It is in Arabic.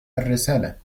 الرسالة